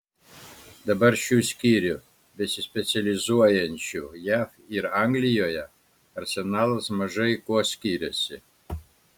dabar šių skyrių besispecializuojančių jav ir anglijoje arsenalas mažai kuo skiriasi